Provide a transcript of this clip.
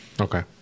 Okay